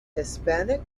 hispanic